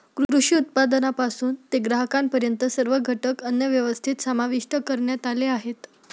कृषी उत्पादनापासून ते ग्राहकांपर्यंत सर्व घटक अन्नव्यवस्थेत समाविष्ट करण्यात आले आहेत